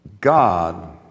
God